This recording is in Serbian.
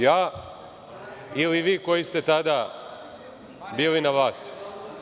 Ja ili vi koji ste tada bili na vlasti?